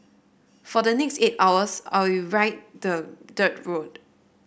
for the next eight hours I'll ride the dirt road